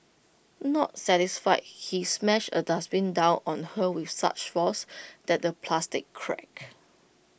not satisfied he smashed A dustbin down on her with such force that the plastic cracked